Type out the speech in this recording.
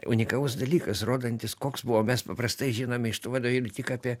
unikalus dalykas rodantis koks buvo mes paprastai žinome iš tų vadovėlių tik apie